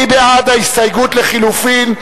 מי בעד ההסתייגות לחלופין?